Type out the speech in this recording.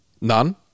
None